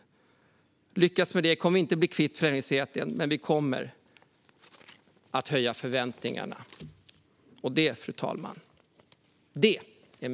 Lyckas vi med detta kommer vi inte att bli kvitt främlingsfientligheten, men vi kommer att höja förväntningarna. Och det, fru talman, är möjligt.